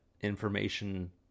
information